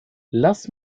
lass